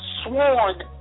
sworn